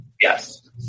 Yes